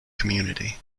community